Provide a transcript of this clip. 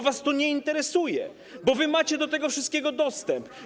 Was to nie interesuje, bo wy macie do tego wszystkiego dostęp.